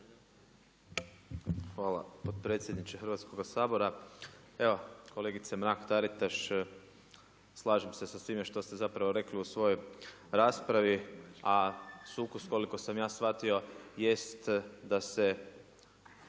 Hvala potpredsjedniče Hrvatskoga sabora. Evo kolegice Mrak-TAritaš slažem se sa svime što ste rekli u svojoj raspravi, a sukus koliko sam ja shvatio jest da se